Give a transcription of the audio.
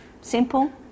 simple